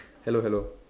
hello hello